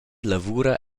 lavura